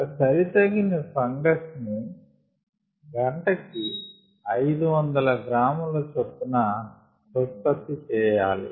ఒక సరి తగిన ఫంగస్ ని గంటకి 500 గ్రా చొప్పున ఉత్పత్తి చేయాలి